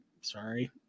Sorry